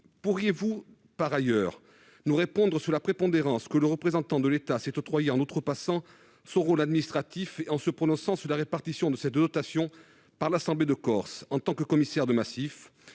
Pourriez-vous par ailleurs nous répondre sur la prépondérance que le représentant de l'État s'est octroyée en outrepassant son rôle administratif en se prononçant sur la répartition de ces dotations par l'assemblée de Corse en tant que commissaire de massif,